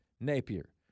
Napier